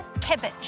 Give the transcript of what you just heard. cabbage